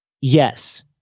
Yes